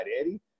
Eddie